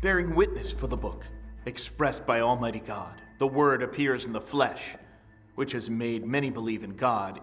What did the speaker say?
bearing witness for the book expressed by almighty god the word appears in the flesh which is made many believe in god